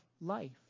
life